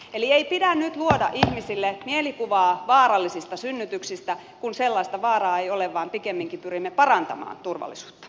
eli ei pidä nyt luoda ihmisille mielikuvaa vaarallisista synnytyksistä kun sellaista vaaraa ei ole vaan pikemminkin pyrimme parantamaan turvallisuutta